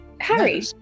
Harry